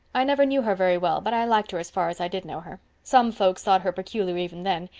i never knew her very well but i liked her as far as i did know her. some folks thought her peculiar even then.